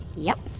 yep.